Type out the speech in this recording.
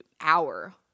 hour